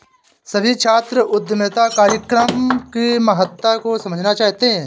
सभी छात्र उद्यमिता कार्यक्रम की महत्ता को समझना चाहते हैं